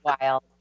wild